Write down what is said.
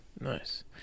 Nice